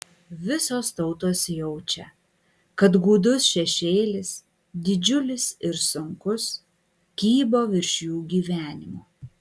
visos tautos jaučia kad gūdus šešėlis didžiulis ir sunkus kybo virš jų gyvenimo